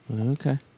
Okay